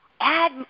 add